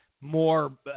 more